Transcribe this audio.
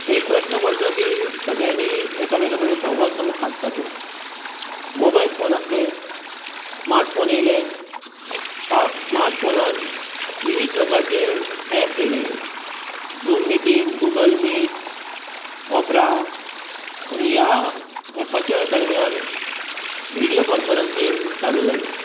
एक प्रश्न पडलो की सगळ्यानीं एकामेकां कडेन संवाद कसो सादपाचो मोबायल फॉन आसले स्मार्टफॉन येयले स्पा स्मार्टफॉनान विवीध प्रकारचे एप्स एयलेले झूम मिटींग गुगल मीट ऑप्रा आनी ह्या एपाच्या दरमियान विडियो कॉनफरनसींग चालू जालें